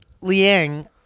Liang